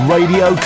Radio